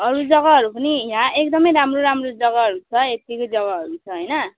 अरू जग्गाहरू पनि यहाँ एकदमै राम्रो राम्रो जग्गाहरू छ यत्तिकै जग्गाहरू छ होइन